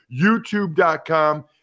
YouTube.com